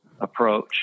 approach